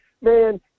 man